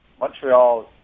Montreal